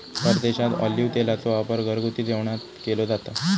परदेशात ऑलिव्ह तेलाचो वापर घरगुती जेवणात केलो जाता